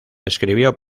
escribió